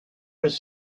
was